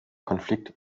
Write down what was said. konflikt